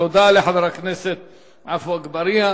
תודה לחבר הכנסת עפו אגבאריה.